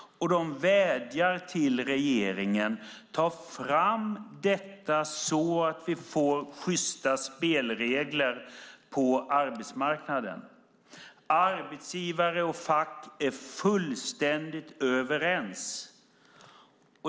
De vädjar till regeringen: Ta fram detta så att vi får sjysta spelregler på arbetsmarknaden. Arbetsgivare och fack är fullständigt överens.